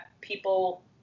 people